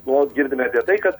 nuolat girdime apie tai kad